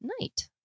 night